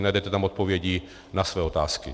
Najdete tam odpovědi na své otázky.